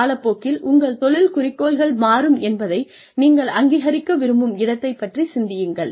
காலப்போக்கில் உங்கள் தொழில் குறிக்கோள்கள் மாறும் என்பதை நீங்கள் அங்கீகரிக்க விரும்பும் இடத்தைப் பற்றிச் சிந்தியுங்கள்